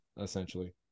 essentially